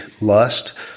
lust